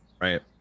Right